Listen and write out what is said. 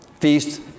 feast